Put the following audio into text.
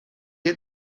had